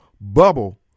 bubble